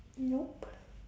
nope